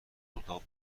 اتاق